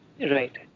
right